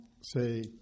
say